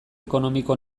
ekonomiko